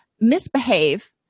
misbehave